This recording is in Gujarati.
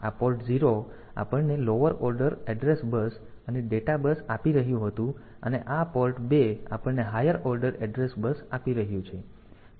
તેથી આ પોર્ટ 0 આપણને લોઅર ઓર્ડર એડ્રેસ બસ અને ડેટા બસ આપી રહ્યું હતું અને આ પોર્ટ 2 આપણને હાયર ઓર્ડર એડ્રેસ બસ આપી રહ્યું છે